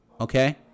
Okay